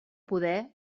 poder